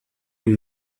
ihm